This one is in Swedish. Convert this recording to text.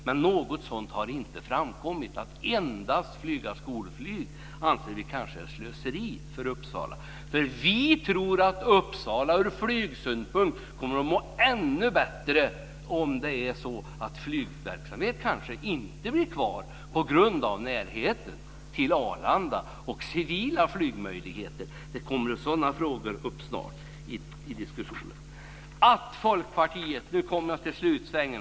Men något sådant har inte framkommit. Vi anser att det är slöseri för Uppsala att endast flyga skolflyg. Vi tror nämligen att Uppsala ur flygsynpunkt kommer att må ännu bättre om flygverksamheten inte blir kvar på grund av närheten till Arlanda och civila flygmöjligheter. Sådana frågor kommer snart upp i diskussionen. Nu kommer jag till slutsvängen.